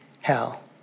hell